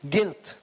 Guilt